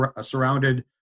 surrounded